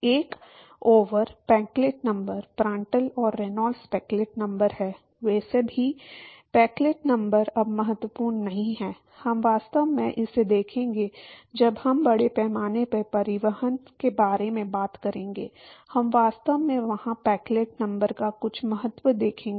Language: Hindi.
एक ओवर पेकलेट नंबर प्रांड्टल और रेनॉल्ड्स पेकलेट नंबर है वैसे भी पेकलेट नंबर अब महत्वपूर्ण नहीं है हम वास्तव में इसे देखेंगे जब हम बड़े पैमाने पर परिवहन के बारे में बात करेंगे हम वास्तव में वहां पेकलेट नंबर का कुछ महत्व देखेंगे